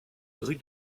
rue